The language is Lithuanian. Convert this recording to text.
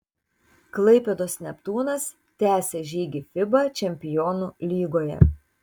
klaipėdos neptūnas tęsia žygį fiba čempionų lygoje